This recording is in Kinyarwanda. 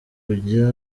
kujya